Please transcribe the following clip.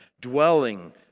dwelling